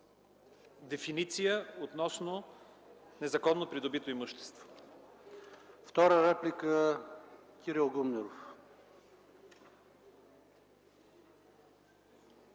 дефиниция относно – незаконно придобито имущество.